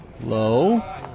low